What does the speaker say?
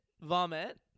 vomit